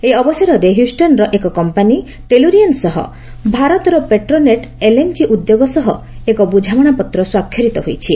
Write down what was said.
ଏହିଅବସରରେ ହୋଷ୍ଟନର ଏକ company Tellurian ସହ ଭାରତର ପେଟ୍ରୋନେଟ୍ ଏଲ୍ଏନ୍ଜି ଉଦ୍ୟୋଗ ସହ ଏକ ବୁଝାମଣାପତ୍ର ସ୍ୱାକ୍ଷରିତ ହୋଇଛି